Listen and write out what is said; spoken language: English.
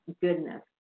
goodness